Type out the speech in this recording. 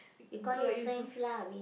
good